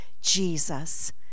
Jesus